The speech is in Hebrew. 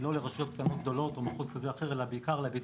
לא בין